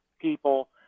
people